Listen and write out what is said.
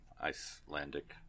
Icelandic